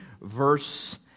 verse